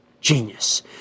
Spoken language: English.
Genius